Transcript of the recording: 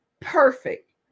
perfect